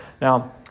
Now